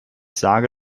sage